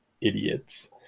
idiots